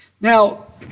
Now